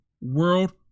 world